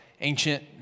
ancient